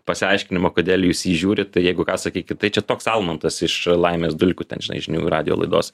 pasiaiškinimo kodėl jūs jį žiūrit tai jeigu ką sakykit tai čia toks almantas iš laimės dulkių ten žinai žinių radijo laidos